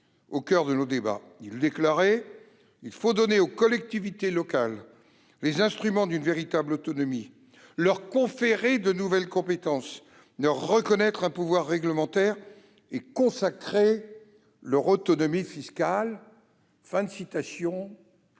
au coeur des débats. Il déclarait :« Il faut donner aux collectivités locales les instruments d'une véritable autonomie, leur conférer de nouvelles compétences, leur reconnaître un pouvoir réglementaire et consacrer leur autonomie fiscale.